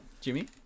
Jimmy